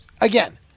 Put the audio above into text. again